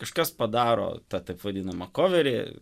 kažkas padaro tą taip vadinamą koverį